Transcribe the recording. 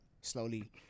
slowly